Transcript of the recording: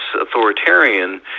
authoritarian